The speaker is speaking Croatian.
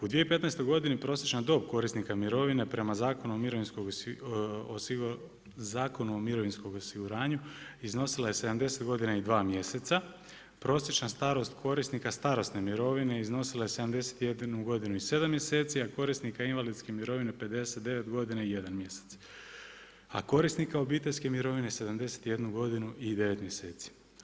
U 2015. godini prosječan dob korisnika mirovne prema Zakonu o mirovinskom osiguranju, iznosila je 70 godina i dva mjeseca, prosječna starost korisnika starosne mirovine iznosila je 71 godinu i 7 mjeseci, a korisnika invalidske mirovine, 59 godina i 1 mjesec, a korisnika obiteljske mirovine 71 godinu i 9 mjeseci.